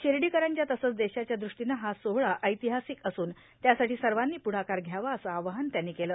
शिर्डीकरांच्या तसंच देशाच्या द्रष्टीनं हा सोहळा ऐतिहासिक असून त्यासाठी सर्वांनी प्रुढाकार घ्यावा असं आवाहन त्यांनी केलं